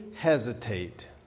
hesitate